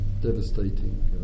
devastating